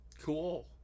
Cool